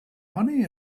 money